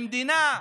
במדינה שלו,